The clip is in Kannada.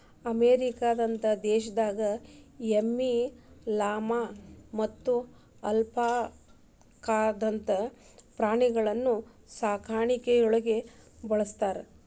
ಅಮೇರಿಕದಂತ ದೇಶದಾಗ ಎಮ್ಮಿ, ಲಾಮಾ ಮತ್ತ ಅಲ್ಪಾಕಾದಂತ ಪ್ರಾಣಿಗಳನ್ನ ಸಾಕಾಣಿಕೆಯೊಳಗ ಬಳಸ್ತಾರ